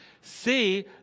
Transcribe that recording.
See